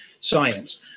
science